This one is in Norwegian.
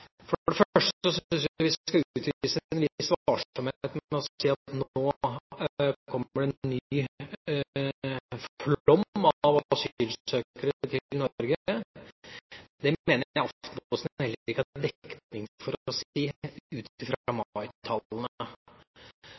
For det første syns jeg vi skal utvise en viss varsomhet med å si at nå kommer det en ny flom av asylsøkere til Norge. Det mener jeg Aftenposten heller ikke har dekning for å